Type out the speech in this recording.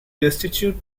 destitute